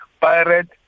Pirate